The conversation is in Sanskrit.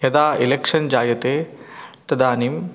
यदा एलेक्षन् जायते तदानीं